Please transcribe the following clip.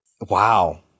wow